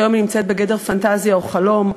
שהיום נמצאת בגדר פנטזיה או חלום,